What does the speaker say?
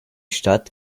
stadt